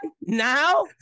now